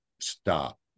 stop